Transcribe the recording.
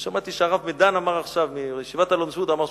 שמעתי שהרב מדן מישיבת אלון-שבות אמר עכשיו